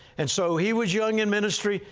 and so he was young in ministry,